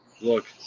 look